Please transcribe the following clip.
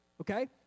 Okay